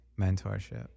mentorship